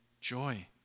joy